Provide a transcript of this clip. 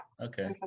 Okay